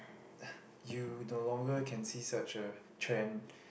you no longer can see such a trend